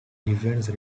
defense